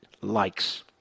likes